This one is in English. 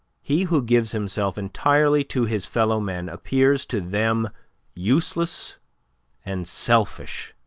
he who gives himself entirely to his fellow men appears to them useless and selfish